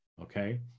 okay